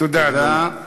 תודה, אדוני.